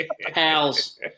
Pals